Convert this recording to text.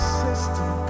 system